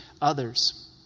others